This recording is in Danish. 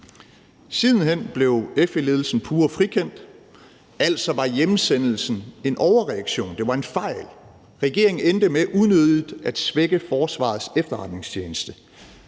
Siden hen blev FE-ledelsen pure frikendt, altså var hjemsendelsen en overreaktion, det var en fejl. Regeringen endte med unødigt at svække Forsvarets Efterretningstjeneste.